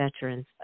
veterans